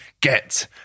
get